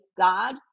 God